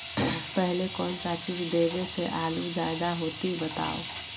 पहले कौन सा चीज देबे से आलू ज्यादा होती बताऊं?